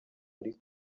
muri